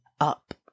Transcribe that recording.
up